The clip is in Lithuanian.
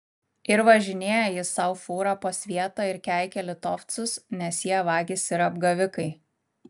ir važinėja jis sau fūra po svietą ir keikia litovcus nes jie vagys ir apgavikai